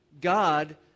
God